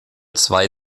zwei